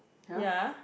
ya